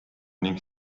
ning